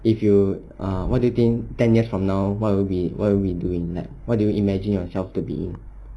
if you ah what do you think ten years from now what will you be what will you be doing what do you imagine yourself to be